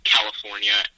California